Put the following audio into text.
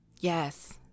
Yes